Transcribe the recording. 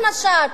למשל,